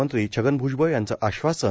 मंत्री छगन भ्जबळ यांचं आश्वासन